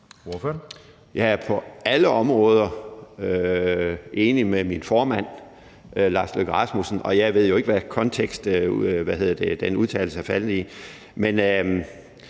Jeg er på alle områder enig med min formand, Lars Løkke Rasmussen. Jeg ved jo ikke, hvilken kontekst den udtalelse er faldet i,